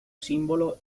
símbolo